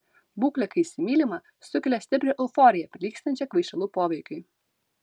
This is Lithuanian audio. būklė kai įsimylima sukelia stiprią euforiją prilygstančią kvaišalų poveikiui